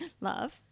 Love